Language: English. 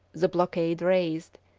the blockade raised,